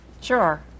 Sure